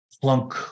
plunk